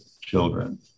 children